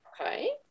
Okay